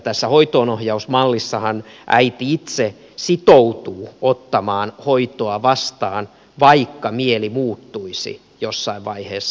tässä hoitoonohjausmallissahan äiti itse sitoutuu ottamaan hoitoa vastaan vaikka mieli muuttuisi jossain vaiheessa